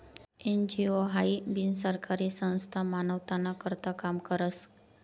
NGO हाई बिनसरकारी संस्था मानवताना करता काम करस